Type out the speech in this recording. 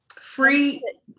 free